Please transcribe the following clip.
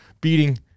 beating